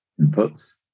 inputs